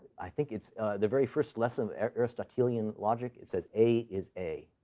i think it's the very first lesson of aristotelian logic. it says a is a.